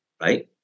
right